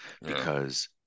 because-